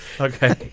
Okay